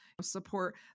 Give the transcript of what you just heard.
support